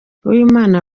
uwimana